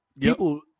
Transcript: people